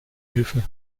hilfe